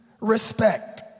respect